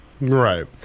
Right